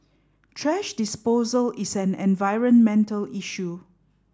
thrash disposal is an environmental issue